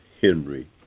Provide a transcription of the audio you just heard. Henry